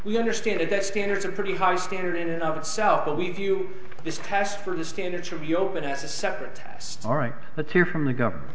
we understand it that standards are pretty high standard in and of itself but we view this cash for the standards of you open as a separate us all right let's hear from the government